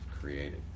created